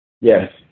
Yes